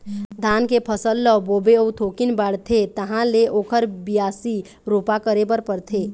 धान के फसल ल बोबे अउ थोकिन बाढ़थे तहाँ ले ओखर बियासी, रोपा करे बर परथे